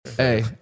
Hey